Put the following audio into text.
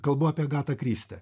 kalbu apie agatą kristi